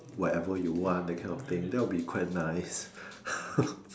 whatever you want that kind of thing that would be quite nice